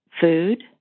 Food